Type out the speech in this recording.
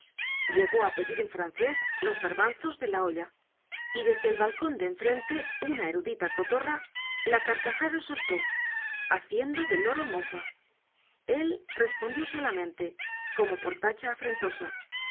llegó a pedir en francés los garbanzos de la olla y desde el balcón de enfrente una erudita cotorra la carcajada soltó haciendo del loro mofa él respondió solamente como por tacha afrentosa